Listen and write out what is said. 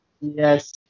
Yes